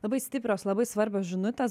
labai stiprios labai svarbios žinutės